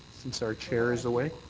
since our chair is away.